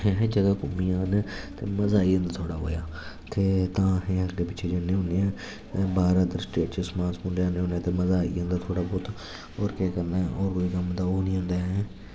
अस जंदू घूमी आन्ने ते मजा आई जंदा थोह्ड़ा बोह्ता ते तां असें अग्गें पिच्छें जन्ने होन्ने आं बाह्र अदर स्टेट च समान सूमन लेआने होन्ने आं मजा आई जंदा थोह्ड़ा बहुत होर केह् करना होर कोई कम्म ते ओह् निं होंदा ऐ